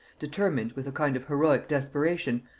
determined, with a kind of heroic desperation,